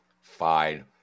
Fine